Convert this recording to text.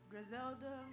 Griselda